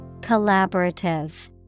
Collaborative